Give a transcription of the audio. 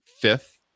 fifth